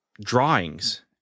drawings